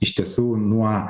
iš tiesų nuo